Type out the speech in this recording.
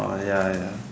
orh ya ya